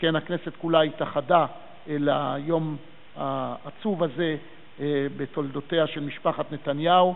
שכן הכנסת כולה התאחדה ליום העצוב הזה בתולדותיה של משפחת נתניהו,